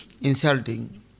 insulting